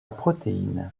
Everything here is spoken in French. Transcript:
protéine